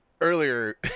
earlier